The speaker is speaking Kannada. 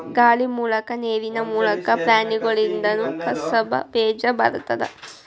ಗಾಳಿ ಮೂಲಕಾ ನೇರಿನ ಮೂಲಕಾ, ಪ್ರಾಣಿಗಳಿಂದನು ಕಸದ ಬೇಜಾ ಬರತಾವ